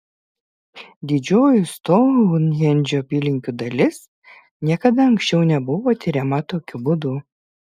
didžioji stounhendžo apylinkių dalis niekada anksčiau nebuvo tiriama tokiu būdu